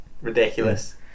Ridiculous